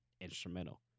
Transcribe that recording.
instrumental